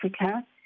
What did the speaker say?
Africa